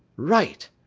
right!